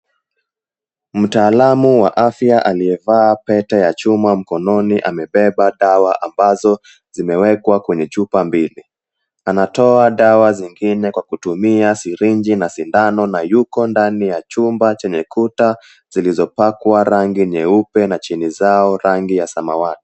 Mtaalamu wa afya aliyevaa pete ya chuma mkononi, amebeba dawa ambazo zimewekwa kwenye chupa ambili. Anatoa dawa zingine kwa kutumia sirinji na sindano na yuko ndani ya chumba chenye kuta zilizopakwa rangi nyeupe na chini zao rangi ya samawati.